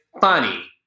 funny